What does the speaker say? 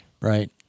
right